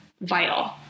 vital